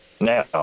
now